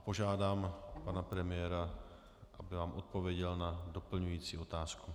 Požádám pana premiéra, aby vám odpověděl na doplňující otázku.